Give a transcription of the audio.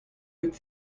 good